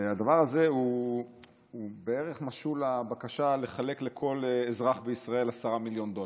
הדבר הזה הוא בערך משול לבקשה לחלק לכל אזרח בישראל 10 מיליון דולר.